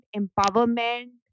empowerment